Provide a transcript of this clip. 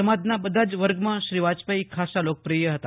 સમાજના બધા જ વર્ગમાં શ્રી વાજપેયી ખાસ્સા લોકપ્રિય હતા